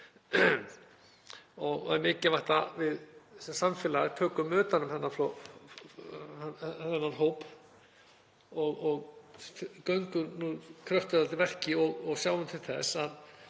Það er mikilvægt að við sem samfélag tökum utan um þennan hóp og göngum nú kröftuglega til verks og sjáum til þess að